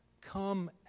Come